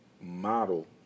model